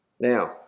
Now